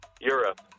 Europe